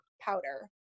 powder